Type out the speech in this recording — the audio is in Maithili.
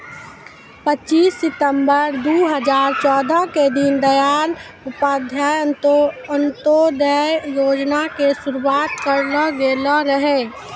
पच्चीस सितंबर दू हजार चौदह के दीन दयाल उपाध्याय अंत्योदय योजना के शुरुआत करलो गेलो रहै